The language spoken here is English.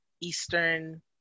eastern